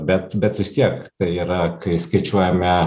bet bet vis tiek tai yra kai skaičiuojame